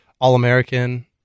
All-American